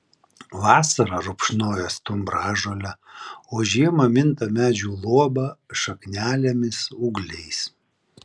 vasarą rupšnoja stumbražolę o žiemą minta medžių luoba šaknelėmis ūgliais